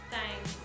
Thanks